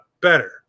better